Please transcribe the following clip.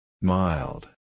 Mild